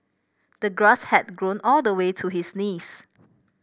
the grass had grown all the way to his knees